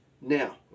Now